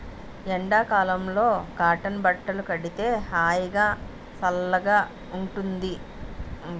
ఎండ కాలంలో కాటన్ బట్టలు కడితే హాయిగా, సల్లగా ఉంటుంది